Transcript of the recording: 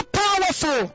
powerful